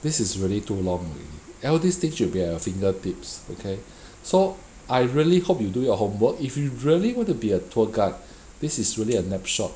this is really too long already all these things should be at your fingertips okay so I really hope you do your homework if you really want to be a tour guide this is really a napshot